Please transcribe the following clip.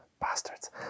Bastards